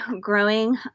growing